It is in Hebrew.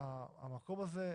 המקום הזה,